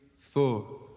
four